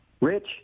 Rich